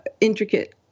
intricate